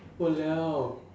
!walao!